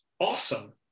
awesome